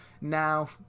Now